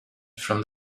from